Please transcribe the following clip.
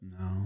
No